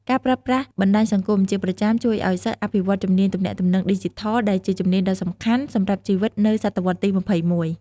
ការប្រើប្រាស់បណ្ដាញសង្គមជាប្រចាំជួយឱ្យសិស្សអភិវឌ្ឍជំនាញទំនាក់ទំនងឌីជីថល ដែលជាជំនាញដ៏សំខាន់សម្រាប់ជីវិតនៅសតវត្សរ៍ទី ២១។